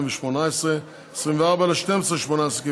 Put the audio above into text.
24 בדצמבר 2018,